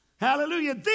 hallelujah